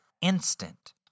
instant